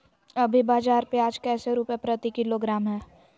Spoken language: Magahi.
अभी बाजार प्याज कैसे रुपए प्रति किलोग्राम है?